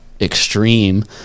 extreme